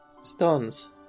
stones